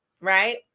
right